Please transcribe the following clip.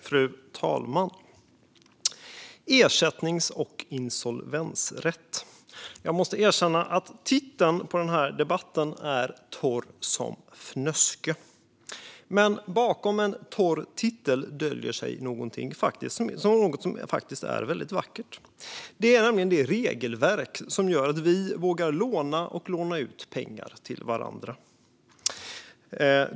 Fru talman! Ersättnings och insolvensrätt - titeln på betänkandet som vi debatterar är torr som fnöske. Men bakom en torr titel döljer sig faktiskt något vackert: det regelverk som gör att vi vågar låna pengar av och låna ut pengar till varandra.